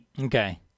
Okay